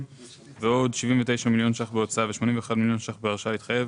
ועוד 79 מיליון שקלים בהוצאה ו-81 מיליון שקלים בהרשאה להתחייב